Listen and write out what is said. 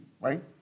right